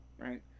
right